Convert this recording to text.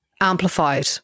amplified